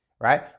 right